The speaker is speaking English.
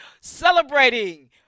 Celebrating